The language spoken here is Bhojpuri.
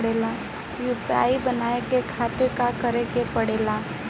यू.पी.आई बनावे के खातिर का करे के पड़ी?